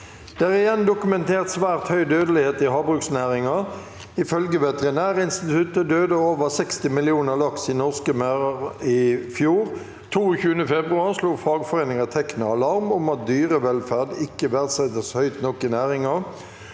«Det er igjen dokumentert svært høy dødelighet i havbruksnæringa. Ifølge Veterinærinstituttet døde over 60 millioner laks i norske merder i fjor. 22. februar slo fagforeninga Tekna alarm om at dyrevelferd ikke verdsettes høyt nok i næringa,